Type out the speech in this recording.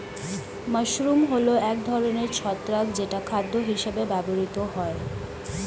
mushroom হল এক ধরনের ছত্রাক যেটা খাদ্য হিসেবে ব্যবহৃত হয়